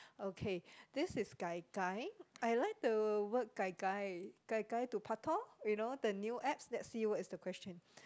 okay this is Gai Gai I like the word Gai Gai Gai Gai to paktor you know the new apps let's see what is the question